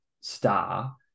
star